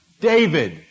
David